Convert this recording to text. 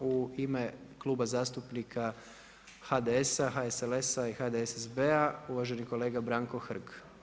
U ime Kluba zastupnika HDS-a, HSLS-a i HDSSB-a, uvaženi kolega Branko Hrg.